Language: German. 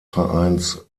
vereins